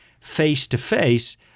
face-to-face